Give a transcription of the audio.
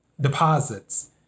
deposits